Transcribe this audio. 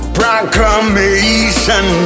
proclamation